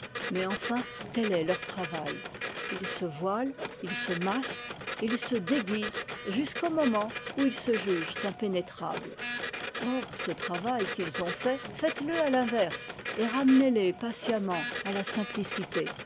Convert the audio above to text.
mais enfin tel est leur travail ils se voilent ils se masquent et ils se déguisent jusqu'au moment où ils se jugent impénétrables or ce travail qu'ils ont fait faites-le à l'inverse et ramenez les patiemment à la simplicité